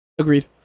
Agreed